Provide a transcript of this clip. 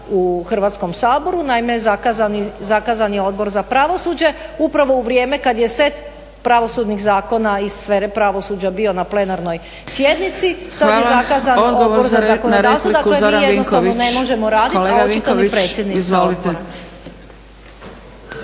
u Hrvatskom saboru, naime zakazan je Odbor za pravosuđe upravo u vrijeme kad je set pravosudnih zakona iz sfere pravosuđa bio na plenarnoj sjednici, sad je zakazan odbor… … /Govornice govore u isti glas, ne razumije se./… **Zgrebec,